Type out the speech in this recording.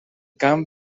camp